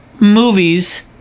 movies